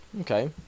Okay